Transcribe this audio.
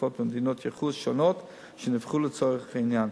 התרופות במדינות ייחוס שונות שנבחרו לצורך העניין.